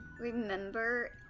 remember